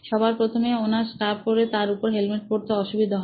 সবার প্রথমে ওনার স্কার্ফ পরে তার উপরে হেলমেট পড়তে অসুবিধা হয়